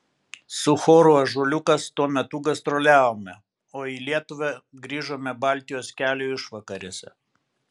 su choru ąžuoliukas tuo metu gastroliavome o į lietuvą grįžome baltijos kelio išvakarėse